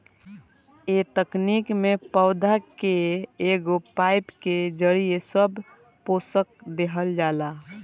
ए तकनीक में पौधा के एगो पाईप के जरिये सब पोषक देहल जाला